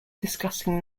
discussing